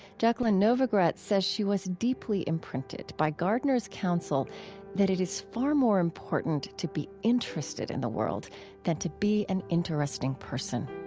jacqueline novogratz says she was deeply imprinted by gardner's counsel that it is far more important to be interested in the world than to be an interesting person